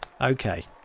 Okay